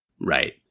Right